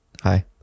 Hi